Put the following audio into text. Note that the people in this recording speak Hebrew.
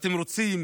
ואתם רוצים